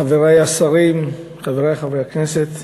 חברי השרים, חברי חברי הכנסת,